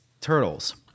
turtles